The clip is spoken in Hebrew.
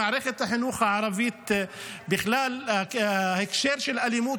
במערכת החינוך הערבית בכלל ההקשר של אלימות